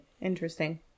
Interesting